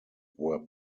were